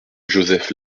joseph